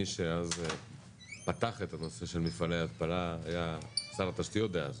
מי שאז פתח את הנושא של מפעלי ההתפלה היה שר התשתיות דאז,